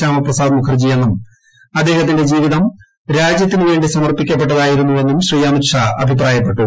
ശ്യാമപ്രസാദ് മുഖർജിയെന്നും അദ്ദേഹത്തിന്റെ ജീവിതം രാജ്യത്തിന് വേണ്ടി സമർപ്പിക്കപ്പെട്ടതായിരുന്നുവെന്നും ശ്രീ അമിത്ഷാ അഭിപ്രായപ്പെട്ടു